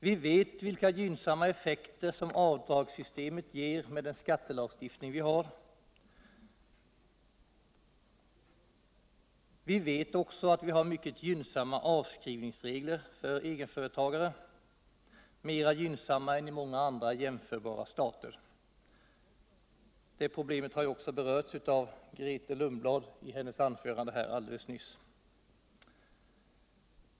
Vi vet vilka gynnsamma effekter som avdragssystemet ger med den skattelagstiftning vi har. Vi vet också att vi har mycket gynnsamma avskrivningsregler för egenföretagare, mer gynnsamma än I många andra jämförbara stater. Det problemet har också berörts av Grethe Lundblad i hennes anförande alldeles nyligen.